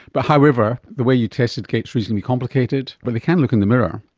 but however, the way you tested gait is reasonably complicated, but they can look in the mirror.